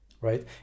right